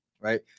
right